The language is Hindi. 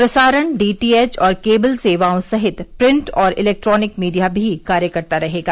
प्रसारण डीटीएच और केबल सेवाओं सहित प्रिंट और इलेक्ट्रॉनिक मीडिया भी कार्य करता रहेगा